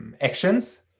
actions